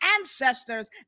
ancestors